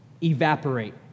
evaporate